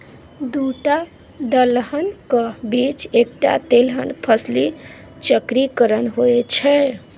दूटा दलहनक बीच एकटा तेलहन फसली चक्रीकरण होए छै